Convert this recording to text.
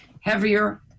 heavier